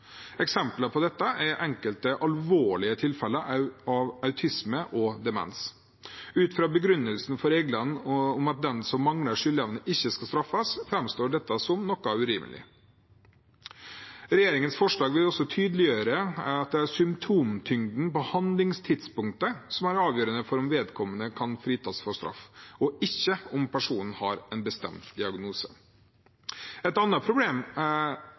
Eksempler på dette er enkelte alvorlige tilfeller av autisme og demens. Ut fra begrunnelsen for reglene om at den som mangler skyldevne, ikke skal straffes, framstår dette som noe urimelig. Regjeringens forslag vil også tydeliggjøre at det er symptomtyngden på handlingstidspunktet som er avgjørende for om vedkommende kan fritas for straff, og ikke om personen har en bestemt diagnose. Et annet problem